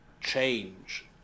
change